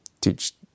teach